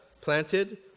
planted